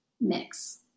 mix